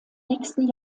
nächsten